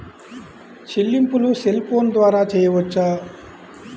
చెల్లింపులు cell phone ద్వారా చేయవచ్చా?